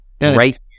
right